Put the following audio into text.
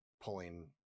pulling